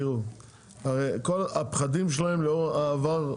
תראו, הרי, כל הפחדים שלהם לאור העבר,